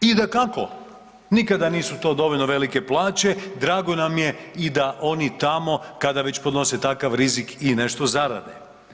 I dakako, nikada nisu to dovoljno velike plaće, drago nam je i da oni tamo kada već podnese takav rizik i nešto zarade.